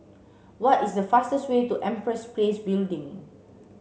what is the fastest way to Empress Place Building